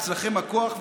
אצלכם הכוח,